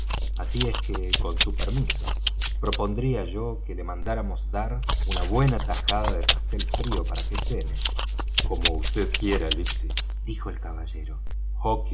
así es que con su permiso propondría yo que le mandáramos dar una buena tajada de pastel frío para que cene como vd quiera livesey dijo el caballero